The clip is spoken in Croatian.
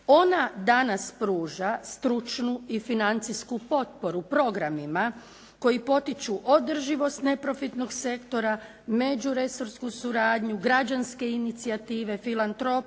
Ona danas pruža stručnu i financijsku potporu programima koji potiču održivost neprofitnog sektora, međuresorsku suradnju, građanske inicijative, filantropiju,